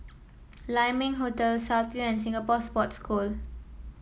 Lai Ming Hotel South View and Singapore Sports School